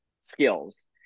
skills